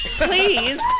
Please